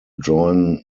join